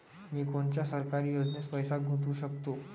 मी कोनच्या सरकारी योजनेत पैसा गुतवू शकतो?